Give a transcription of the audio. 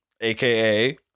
aka